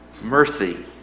mercy